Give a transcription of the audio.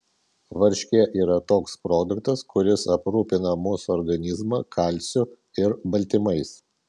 varškė yra toks produktas kuris aprūpina mūsų organizmą kalciu ir baltymais